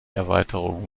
erweiterung